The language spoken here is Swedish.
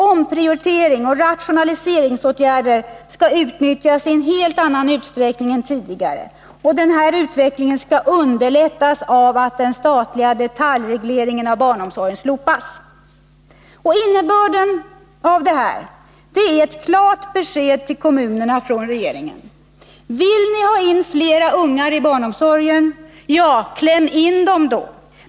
Omprioriteringsoch rationaliseringsåtgärder skall vidtas i en helt annan utsträckning än tidigare. Den utvecklingen skall underlättas av att den statliga detaljregleringen av barnomsorgen slopas. Innebörden av detta är ett klart besked till kommunerna från regeringen: Vill ni ha in fler ungar i barnomsorgen, kläm in dem då!